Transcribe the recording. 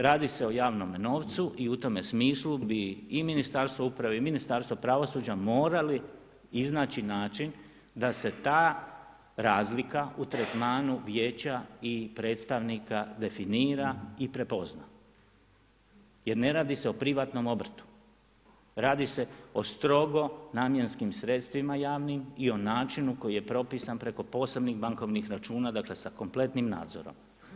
Radi se o javnome novcu i u tome smislu bi Ministarstvo uprave i Ministarstvo pravosuđa morali iznaći način da se ta razlika u tretmanu vijeća i predstavnika definira i prepozna jer ne radi se o privatnom obrtu, radi se o strogo namjenskim sredstvima javnim i o načinu koji je propisan preko posebnih bankovnih računa dakle sa kompletnim nadzorom.